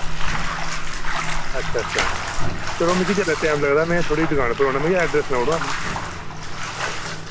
अच्छा अच्छा चलो मिकी जिल्लै टाइम लगदा मैं थोआड़ी दुकान पर औना मिकी एड्रेस सनाउड़ो अपना